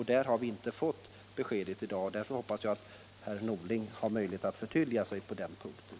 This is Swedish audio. Där har vi inte fått något besked.